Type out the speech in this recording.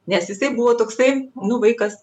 nes jisai buvo toksai nu vaikas